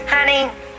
Honey